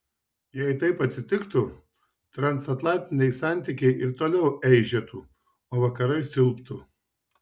jei taip atsitiktų transatlantiniai santykiai ir toliau eižėtų o vakarai silptų